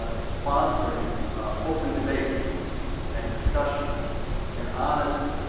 ah sponsoring ah open debate and discussion and honest